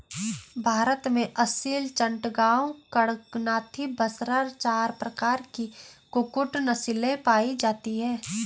भारत में असील, चटगांव, कड़कनाथी, बसरा चार प्रकार की कुक्कुट नस्लें पाई जाती हैं